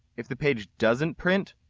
if the page doesn't print,